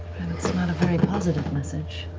and it's not a very positive message.